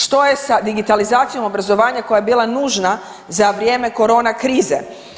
Što je sa digitalizacijom obrazovanja koja je bila nužna za vrijeme korona krize?